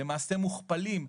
למעשה מוכפלים,